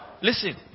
Listen